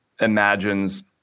imagines